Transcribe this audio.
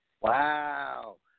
Wow